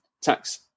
tax